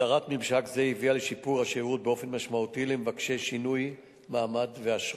הסדרת ממשק זה הביאה לשיפור משמעותי בשירות למבקשי שינוי מעמד ואשרות.